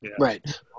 Right